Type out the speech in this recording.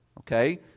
Okay